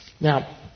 Now